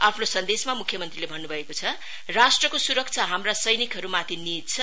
आफ्नो सन्देशमा मुख्य मंत्रीले भन्नुभएको छ राष्ट्रको सुरक्षा हाम्रा सैनिकहरुमाथि निहित छ